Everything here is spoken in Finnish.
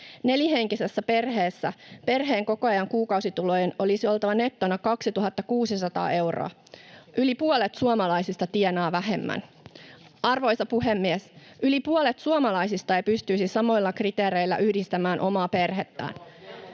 Nelihenkisessä perheessä perheenkokoajan kuukausitulojen olisi oltava nettona 2 600 euroa. Yli puolet suomalaisista tienaa vähemmän. Arvoisa puhemies! Yli puolet suomalaisista ei pystyisi samoilla kriteereillä yhdistämään omaa perhettään.